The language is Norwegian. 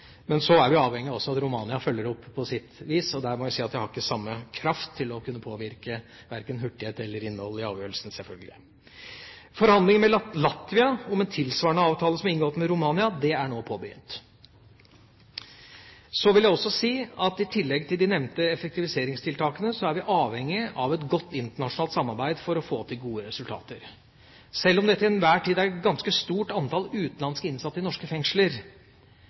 Men så er vi også avhengig av at Romania følger opp på sitt vis. Der har jeg selvfølgelig ikke samme kraft til å kunne påvirke verken hurtighet eller innhold i avgjørelsen. Forhandlinger med Latvia om en tilsvarende avtale som er inngått med Romania, er nå påbegynt. Så vil jeg også si at i tillegg til de nevnte effektiviseringstiltakene er vi avhengig av et godt internasjonalt samarbeid for å få til gode resultater. Sjøl om det til enhver tid er et ganske stort antall utenlandske innsatte i norske fengsler,